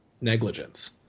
negligence